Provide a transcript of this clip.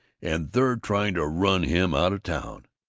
and they're trying to run him out of town.